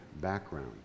background